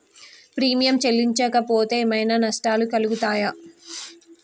Premium చెల్లించకపోతే ఏమైనా నష్టాలు కలుగుతయా?